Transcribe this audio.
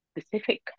specific